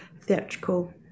theatrical